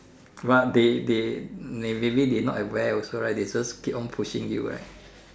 but they they they maybe they not aware also right they just keep on pushing you right